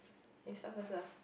you start first lah